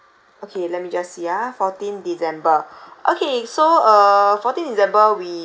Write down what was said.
okay let me just see ah fourteen december okay so uh fourteen december we